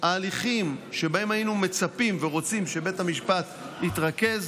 ההליכים שבהם היינו מצפים ורוצים שבית המשפט יתרכז,